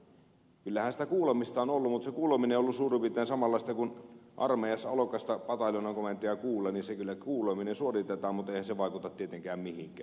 kyllähän sitä kuulemista on ollut mutta se kuuleminen on ollut suurin piirtein samanlaista kuin armeijassa alokasta pataljoonan komentaja kuulee niin että kyllä se kuuleminen suoritetaan mutta eihän se vaikuta tietenkään mihinkään